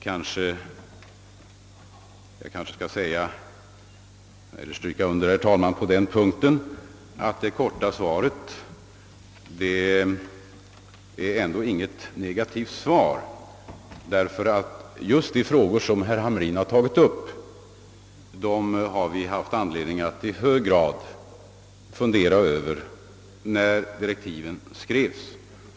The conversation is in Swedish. Kanske skall jag, herr talman, på den punkten understryka att det korta svaret inte är negativt, ty just de frågor som herr Hamrin berört hade vi i hög grad anledning att fundera över när direktiven skrevs.